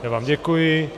Já vám děkuji.